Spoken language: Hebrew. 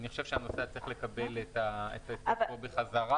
אני חושב שהנוסע צריך לקבל את כספו בחזרה.